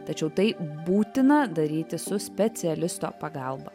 tačiau tai būtina daryti su specialisto pagalba